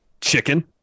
Chicken